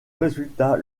résultats